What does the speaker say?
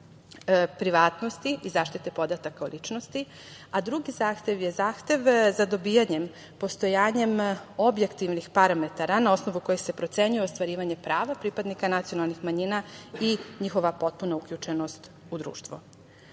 privatnosti i zaštite podataka o ličnosti. Drugi zahtev je zahtev za dobijanje postojanja objektivnih parametara na osnovu kojih se procenjuje ostvarivanje prava pripadnika nacionalnih manjina i njihova potpuna uključenost u